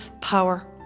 power